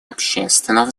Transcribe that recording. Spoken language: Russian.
общественного